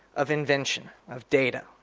of invention, of data,